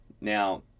Now